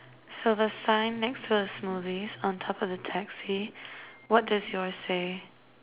so the sign next to the smoothie on top of the taxi what does yours say